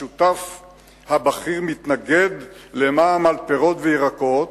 השותף הבכיר, מתנגד למע"מ על פירות וירקות,